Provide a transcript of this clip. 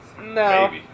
No